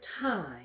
time